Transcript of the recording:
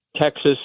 Texas